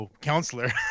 counselor